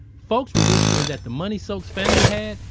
folks were whispering that the money sok's family had,